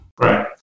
Right